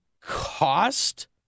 cost